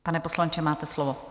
Pane poslanče, máte slovo.